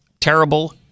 Terrible